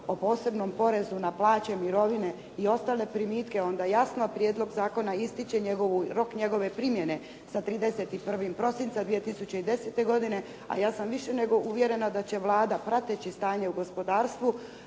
o posebnom porezu na plaće i mirovine i ostale primitke, onda jasno prijedlog zakona ističe rok njegove primjene sa 31. prosinca 2010. godine, a ja sam više nego uvjerena da će Vlada prateći stanje u gospodarstvu